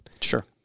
Sure